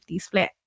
split